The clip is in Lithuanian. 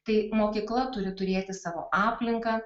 tai mokykla turi turėti savo aplinką